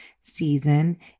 season